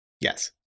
yes